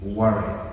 worry